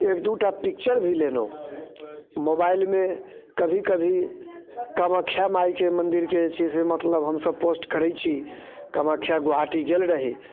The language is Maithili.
एक दूटा पिक्चर भी लेलहुँ मोबाइलमे कभी कभी कामाख्या मायके मन्दिरके जे छै से मतलब हमसभ पोस्ट करैत छी कामाख्या गोहाटी गेल रही